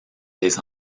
des